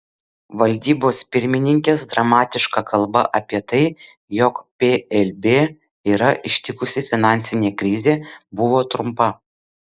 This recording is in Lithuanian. valdybos pirmininkės dramatiška kalba apie tai jog plb yra ištikusi finansinė krizė buvo trumpa